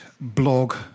blog